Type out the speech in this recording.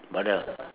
brother